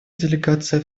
делегация